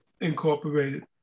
Incorporated